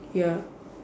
ya